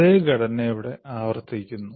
അതേ ഘടന ഇവിടെ ആവർത്തിക്കുന്നു